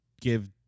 give